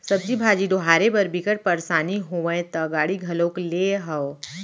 सब्जी भाजी डोहारे बर बिकट परसानी होवय त गाड़ी घलोक लेए हव